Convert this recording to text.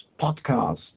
Podcast